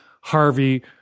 Harvey